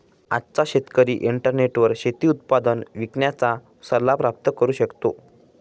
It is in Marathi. आजचा शेतकरी इंटरनेटवर शेती उत्पादन विकण्याचा सल्ला प्राप्त करू शकतो